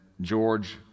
George